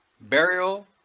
burial